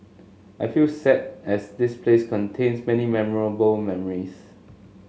I feel sad as this place contains many memorable memories